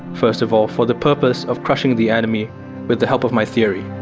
first of all, for the purpose of crushing the enemy with the help of my theory.